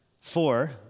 four